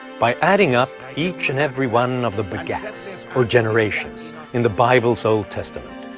by adding up each and every one of the begats or generations in the bible's old testament,